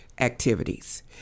activities